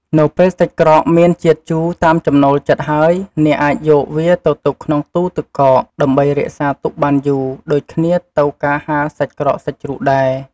នៅពេលសាច់ក្រកមានជាតិជូរតាមចំណូលចិត្តហើយ អ្នកអាចយកវាទៅទុកក្នុងទូរទឹកកក ដើម្បីរក្សាទុកបានយូរ ដូចគ្នាទៅការហាលសាច់ក្រកសាច់ជ្រូកដែរ។